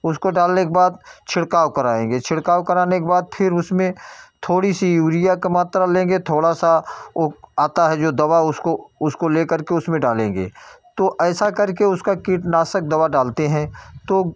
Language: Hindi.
उसको डालने के बाद छिड़काव कराएँगे छिड़काव कराने के बाद फ़िर उसमें थोड़ी सी यूरिया का मात्रा लेंगे थोड़ा सा ओ आता है जो दवा उसको उसको ले करके उसमें डालेंगे तो ऐसा करके उसका कीटनाशक दवा डालते हैं तो